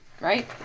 right